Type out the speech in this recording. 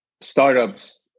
startups